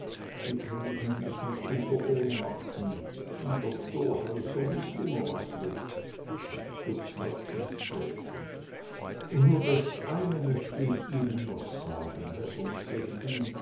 kriegt nämlich mitunter ohnmachten in doktorhäusern ist immer was los dubslav nickte und nur das eine möcht ich ihnen noch sagen herr von stechlin